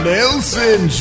Nelson